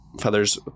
feathers